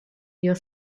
your